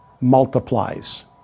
multiplies